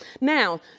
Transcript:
Now